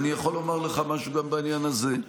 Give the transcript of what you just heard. אני יכול לומר לך משהו גם בעניין הזה,